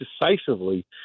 decisively